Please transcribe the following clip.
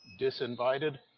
disinvited